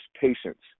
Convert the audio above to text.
patients